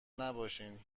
نباشین